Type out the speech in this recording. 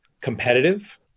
competitive